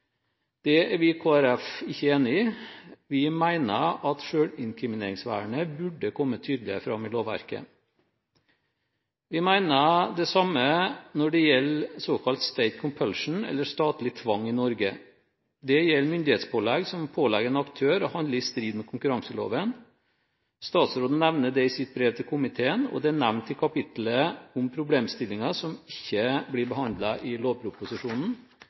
Det er vi i Kristelig Folkeparti ikke enig i. Vi mener at selvinkrimineringsvernet burde komme tydeligere fram i lovverket. Vi mener det samme når det gjelder såkalt «state compulsion» eller statlig tvang i Norge. Det gjelder myndighetspålegg som pålegger en aktør å handle i strid med konkurranseloven. Statsråden nevner det i sitt brev til komiteen, og det er nevnt i kapittelet om problemstillinger som ikke blir behandlet i lovproposisjonen.